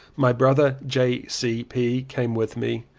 my brother j. c. p. came with me.